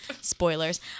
Spoilers